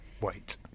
wait